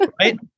right